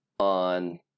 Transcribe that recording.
On